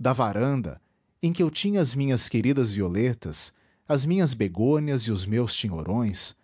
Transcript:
da varanda em que eu tinha as minhas queridas violetas as minhas begônias e os meus tinhorões